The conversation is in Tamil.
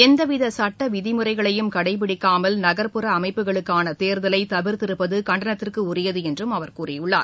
எந்தவிதசட்டவிதிமுறைகளையும் கடைபிடிக்காமல் நகர்புற அமைப்புகளுக்கானதோதலைதவிாத்திருப்பதுகண்டனத்திற்குரியஎன்றும் அவர் கூறியுள்ளார்